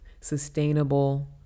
sustainable